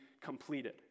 completed